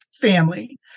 family